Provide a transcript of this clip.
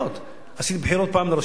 עשינו בחירות פעם לרשויות המקומיות,